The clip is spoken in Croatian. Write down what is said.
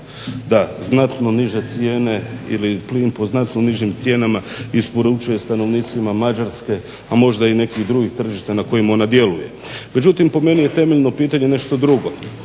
da znatno niže cijene ili plin po znatno nižim cijenama isporučuje stanovnicima Mađarske a možda i nekih drugih tržišta na kojim ona djeluje. Međutim po meni je temeljno pitanje nešto drugo,